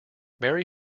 mary